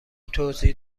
توضیح